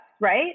right